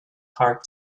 heart